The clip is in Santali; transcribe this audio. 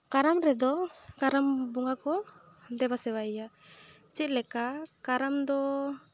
ᱠᱟᱨᱟᱢ ᱨᱮᱫᱚ ᱠᱟᱨᱟᱢ ᱵᱚᱸᱜᱟ ᱠᱚ ᱫᱮᱵᱟ ᱥᱮᱵᱟᱭᱮᱭᱟ ᱪᱮᱫ ᱞᱮᱠᱟ ᱠᱟᱨᱟᱢ ᱫᱚ